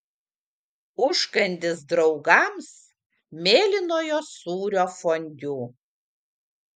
užkandis draugams mėlynojo sūrio fondiu